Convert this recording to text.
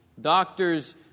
Doctors